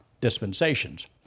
dispensations